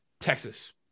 Texas